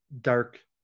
dark